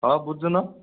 ହଁ ବୁଝୁନ